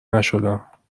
نشدم